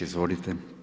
Izvolite.